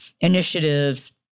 initiatives